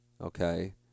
Okay